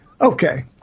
Okay